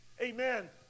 amen